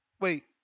Wait